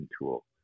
tool